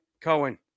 cohen